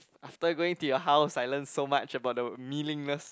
after going to your house I learn so much about the meaningless